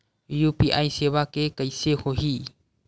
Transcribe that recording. UPI सेवा के कइसे होही?